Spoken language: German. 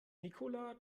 nicola